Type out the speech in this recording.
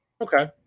Okay